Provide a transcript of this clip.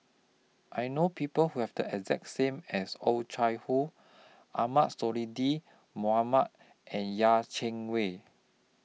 I know People Who Have The exact same as Oh Chai Hoo Ahmad Sonhadji Mohamad and Yeh Chi Wei